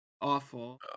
awful